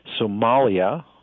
Somalia